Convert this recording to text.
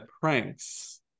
pranks